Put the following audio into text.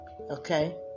Okay